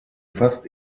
fast